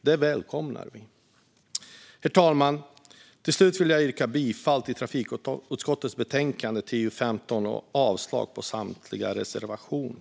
Detta välkomnar vi. Herr ålderspresident! Till slut vill jag yrka bifall till trafikutskottets förslag i betänkande TU12 och avslag på samtliga reservationer.